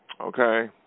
Okay